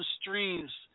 streams